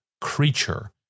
creature